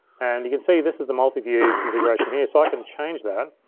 and you can see, this is the multiview configuration here, so i can change that.